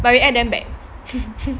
but we add them back